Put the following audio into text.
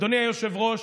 אדוני היושב-ראש,